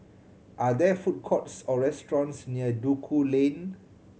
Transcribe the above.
are there food courts or restaurants near Duku Lane